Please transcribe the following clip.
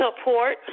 support